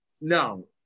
no